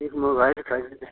एक मोबाइल चाहिए था